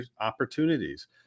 opportunities